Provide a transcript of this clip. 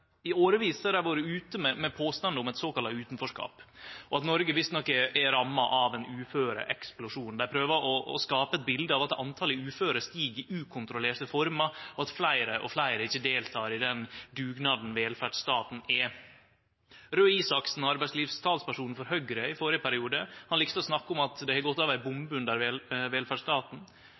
i årevis har dei vore ute med påstanden om eit såkalla utanforskap, og at Noreg visstnok er ramma av ein uføreeksplosjon. Dei prøver å skape eit bilete av at talet på uføre stig i ukontrollerte former, og at fleire og fleire ikkje deltek i den dugnaden velferdsstaten er. Torbjørn Røe Isaksen, arbeidslivstalspersonen for Høgre i førre periode, likte å snakke om at det har gått av ei bombe under velferdsstaten.